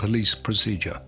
police procedure